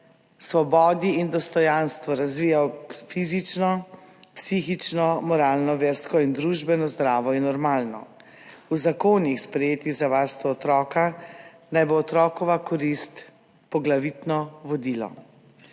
svobodi in dostojanstvu razvijal fizično, psihično, moralno, versko in družbeno zdravo in normalno. V zakonih, sprejetih za varstvo otroka, naj bo otrokova korist poglavitno vodilo.